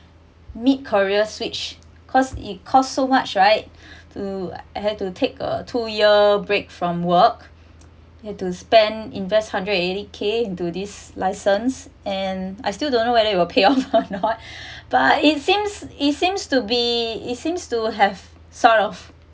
mid career switch cause it costs so much right to I had to take a two year break from work had to spend invest hundred and eighty K into this license and I still don't know whether it will pay off or not but it seems it seems to be it seems to have sort of